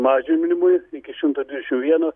mažinimui iki šimto dvidešim vieno